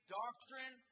doctrine